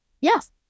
Yes